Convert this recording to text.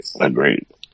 Agreed